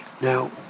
Now